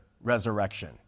resurrection